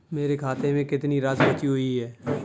मेरे खाते में कितनी राशि बची हुई है?